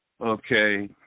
okay